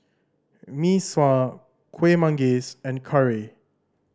Mee Sua Kueh Manggis and curry